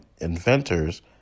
inventors